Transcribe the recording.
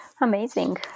Amazing